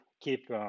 keep